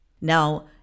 Now